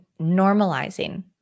normalizing